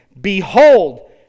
Behold